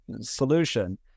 solution